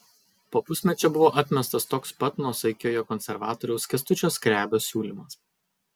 po pusmečio buvo atmestas toks pat nuosaikiojo konservatoriaus kęstučio skrebio siūlymas